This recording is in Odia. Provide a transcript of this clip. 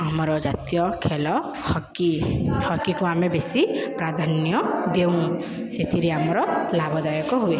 ଆମର ଜାତୀୟ ଖେଲ ହକି ହକିକୁ ଆମେ ବେଶୀ ପ୍ରାଧାନ୍ୟ ଦେଉଁ ସେଥିରେ ଆମର ଲାଭଦାୟକ ହୁଏ